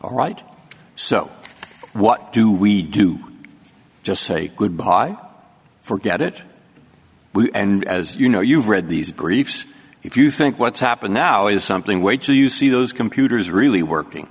all right so what do we do just say goodbye forget it and as you know you read these briefs if you think what's happened now is something wait till you see those computers really working